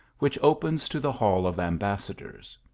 which opens to the hall of ambassadors.